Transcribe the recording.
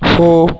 हो